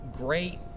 Great